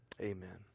Amen